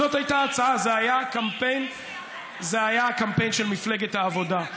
זאת הייתה ההצעה, זה היה הקמפיין של מפלגת העבודה.